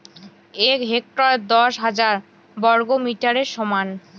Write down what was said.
এক হেক্টর দশ হাজার বর্গমিটারের সমান